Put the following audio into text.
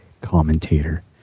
commentator